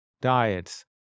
diets